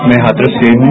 मैं हाथरस से हूं